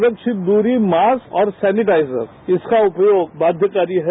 सुरक्षित दूरीमास्क और सैनिटाइजर इसका उपयोग बाध्यकारी है